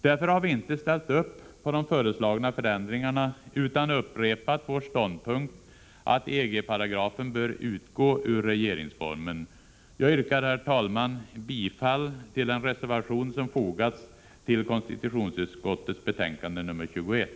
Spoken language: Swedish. Därför har vi inte ställt oss bakom de föreslagna förändringarna utan upprepat vår ståndpunkt att EG-paragrafen bör utgå ur regeringsformen. Jag yrkar, herr talman, bifall till den reservation som fogats till konstitutionsutskottets betänkande nr 21.